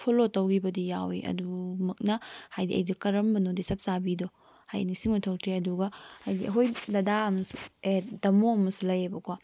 follow ꯇꯧꯈꯤꯕꯗꯤ ꯌꯥꯎꯏ ꯑꯗꯨꯃꯛꯅ ꯍꯥꯏꯕꯗꯤ ꯑꯩꯗꯣ ꯀꯔꯝꯕꯅꯣꯗꯤ ꯆꯞ ꯆꯥꯕꯤꯗꯣ ꯍꯥꯏꯕꯗꯤ ꯅꯤꯡꯁꯤꯡꯕ ꯊꯣꯡꯇ꯭ꯔꯦ ꯑꯗꯨꯒ ꯍꯥꯏꯕꯗꯤ ꯍꯣꯏ ꯗꯗꯥ ꯑꯃꯁꯨ ꯑꯦ ꯇꯥꯃꯣ ꯑꯃꯁꯨ ꯂꯩꯌꯦꯕꯀꯣ